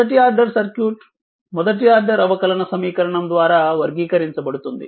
మొదటి order circuit మొదటి order అవకలన సమీకరణం ద్వారా వర్గీకరించబడుతుంది